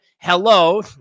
Hello